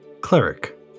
Cleric